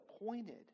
appointed